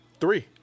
Three